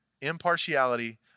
impartiality